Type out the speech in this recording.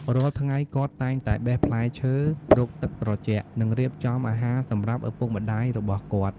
រាល់ថ្ងៃ គាត់តែងតែបេះផ្លែឈើ រកទឹកត្រជាក់ និងរៀបចំអាហារសម្រាប់ឪពុកម្ដាយរបស់គាត់។